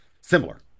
similar